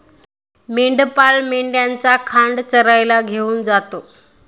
मेंढपाळ मेंढ्यांचा खांड चरायला घेऊन जातो